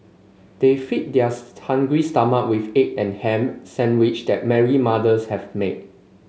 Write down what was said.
they fed theirs hungry stomach with egg and ham sandwich that Mary mother's have made